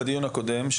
בדיון הקודם הייתה טענה